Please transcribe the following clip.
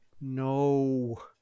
no